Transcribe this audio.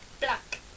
Black